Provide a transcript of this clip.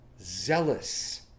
zealous